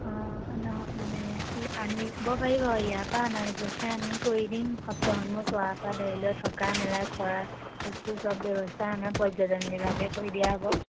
অঁ নহয় মানে আনিব পাৰি বাৰু ইয়াৰপৰা অনা ব্যৱস্থা আমি কৰি দিম সত্ৰসমূহ চোৱাৰপৰা ধৰি লৈ থকা মেলা খোৱা বস্তু চব ব্যৱস্থা আমাৰ পৰ্যটন বিভাগে কৰি দিয়া হ'ব